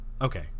okay